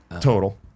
total